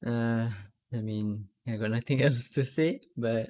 err I mean I got nothing else to say but